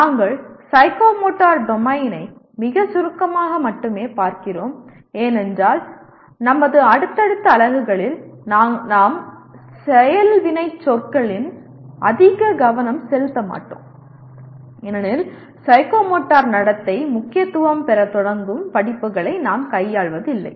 நாம் சைக்கோமோட்டர் டொமைனை மிகச் சுருக்கமாக மட்டுமே பார்க்கிறோம் ஏனென்றால் நமது அடுத்தடுத்த அலகுகளில் நாங்கள் செயல் வினைச்சொற்களில் அதிக கவனம் செலுத்த மாட்டோம் ஏனெனில் சைக்கோமோட்டர் நடத்தை முக்கியத்துவம் பெறத் தொடங்கும் படிப்புகளை நாங்கள் கையாள்வதில்லை